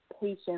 patient